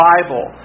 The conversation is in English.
Bible